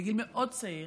בגיל מאוד צעיר,